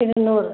ഇരുന്നൂറ്